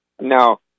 No